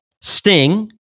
Sting